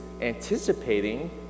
anticipating